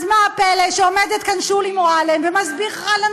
אז מה הפלא שעומדת כאן שולי מועלם ומסבירה לנו